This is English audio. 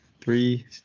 three